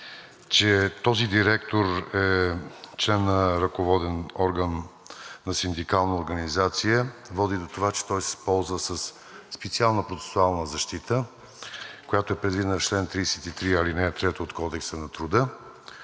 че този директор е член на ръководен орган на синдикална организация води до това, че той се ползва със специална процесуална защита, която е предвидена в чл. 33, ал. 3 от Кодекса на труда,